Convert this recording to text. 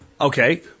Okay